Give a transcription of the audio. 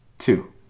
Two